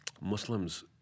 Muslims